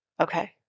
Okay